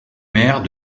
maire